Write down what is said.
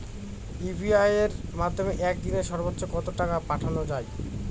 UPI এর মাধ্যমে এক দিনে সর্বচ্চ কত টাকা পাঠানো যায়?